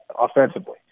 offensively